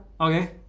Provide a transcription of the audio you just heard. Okay